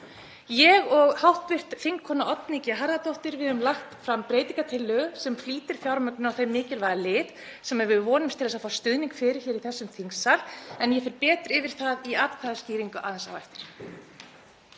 Ég og hv. þingkona Oddný G. Harðardóttir höfum lagt fram breytingartillögu sem flýtir fjármögnun á þeim mikilvæga lið sem við vonumst til að fá stuðning fyrir hér í þessum þingsal. Ég fer betur yfir það í atkvæðaskýringu aðeins á eftir.